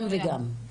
גם וגם.